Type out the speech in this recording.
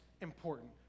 important